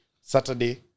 Saturday